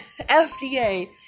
FDA